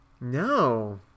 No